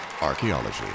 Archaeology